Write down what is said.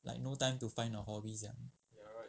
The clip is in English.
like no time to find a hobby sia